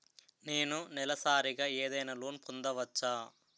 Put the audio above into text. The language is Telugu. నేను నెలసరిగా ఏదైనా లోన్ పొందవచ్చా?